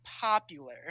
popular